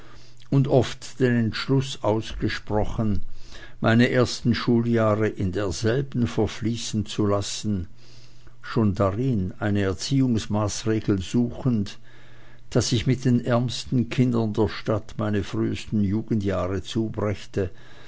und oft den entschluß ausgesprochen meine ersten schuljahre im derselben verfließen zu lassen schon darin eine erziehungsmaßregel suchend daß ich mit den ärmsten kindern der stadt meine frühsten jugendjahre zubrächte